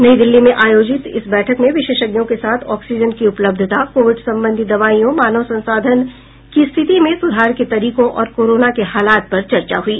नई दिल्ली में आयोजित इस बैठक में विशेषज्ञों के साथ ऑक्सीजन की उपलब्धता कोविड संबंधी दवाईयों मानव संसाधन की स्थिति में सुधार के तरीकों और कोरोना के हालात पर चर्चा हुई